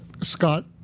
Scott